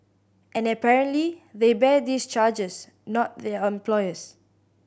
and apparently they bear these charges not their employers